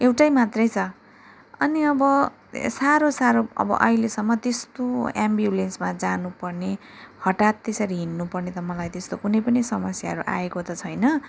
एउटै मात्रै छ अनि अब साह्रो साह्रो अब अहिलेसम्म त्यस्तो एम्ब्युलेन्समा जानु पर्ने हठात् त्यसरी हिँड्नु पर्ने त मलाई त्यस्तो कुनै पनि समस्याहरू आएको त छैन